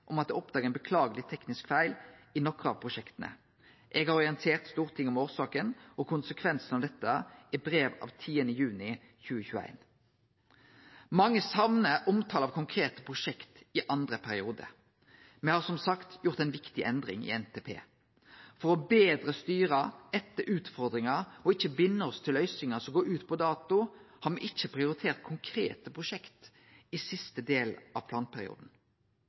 om at det er oppdaga ein beklageleg teknisk feil i nokre av prosjekta. Eg har orientert Stortinget om årsaka og konsekvensane av dette i brev av 10. juni 2021. Mange saknar omtale av konkrete prosjekt i andre periode. Me har som sagt gjort ei viktig endring i NTP: For betre å styre etter utfordringar og ikkje binde oss til løysingar som går ut på dato, har me ikkje prioritert konkrete prosjekt i siste del av planperioden.